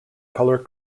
color